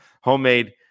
Homemade